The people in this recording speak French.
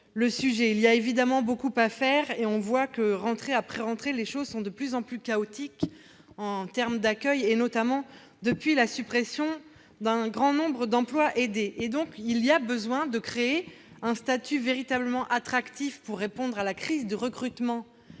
ce sujet. Il y a évidemment beaucoup à faire, et, on le voit, rentrée après rentrée, les choses sont de plus en plus chaotiques du point de vue de l'accueil, notamment depuis la suppression d'un grand nombre d'emplois aidés. Il y a donc besoin de créer un statut véritablement attractif pour répondre à la crise du recrutement